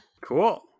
Cool